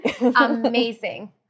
amazing